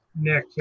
Nick